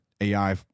ai